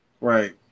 Right